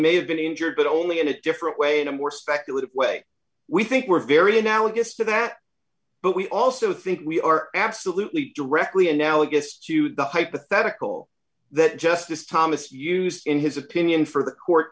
may have been injured but only in a different way in a more speculative way we think we're very analogous to that but we also think we are absolutely directly analogous to the hypothetical that justice thomas used in his opinion for the court